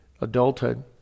adulthood